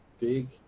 Big